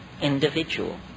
individual